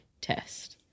test